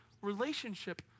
relationship